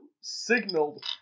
signaled